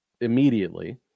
immediately